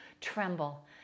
Tremble